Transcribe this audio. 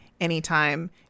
anytime